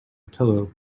pillow